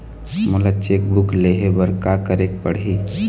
मोला cheque book लेहे बर का केरेक पढ़ही?